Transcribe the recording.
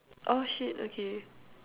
oh shit okay